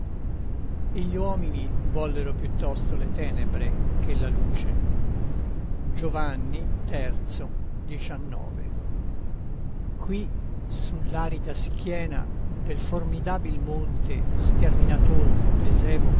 e gli uomini vollero piuttosto le tenebre che la luce iovanni terzo diciannove ui sull arida schiena del formidabil monte sterminator